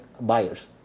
buyers